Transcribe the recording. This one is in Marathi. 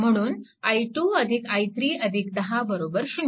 म्हणून i2 i3 10 0